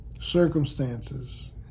circumstances